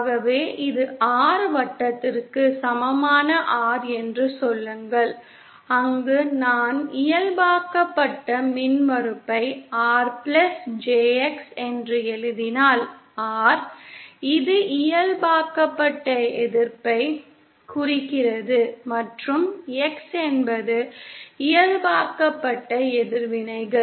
ஆகவே இது R வட்டத்திற்கு சமமான R என்று சொல்லுங்கள் அங்கு நான் இயல்பாக்கப்பட்ட மின்மறுப்பை R பிளஸ் JX என எழுதினால் R இது இயல்பாக்கப்பட்ட எதிர்ப்பை குறிக்கிறது மற்றும் X என்பது இயல்பாக்கப்பட்ட எதிர்வினைகள்